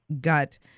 gut